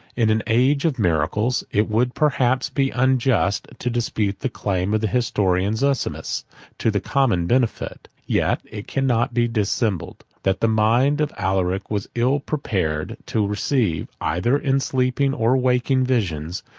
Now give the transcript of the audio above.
in an age of miracles, it would perhaps be unjust to dispute the claim of the historian zosimus to the common benefit yet it cannot be dissembled, that the mind of alaric was ill prepared to receive, either in sleeping or waking visions,